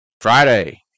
Friday